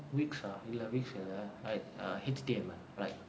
wix ah இல்ல:illa wix இல்ல:illa like H_T_M_L like